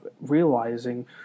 realizing